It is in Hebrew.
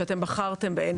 שבחרתם בהן,